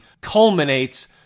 culminates